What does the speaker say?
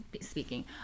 speaking